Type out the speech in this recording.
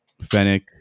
Fennec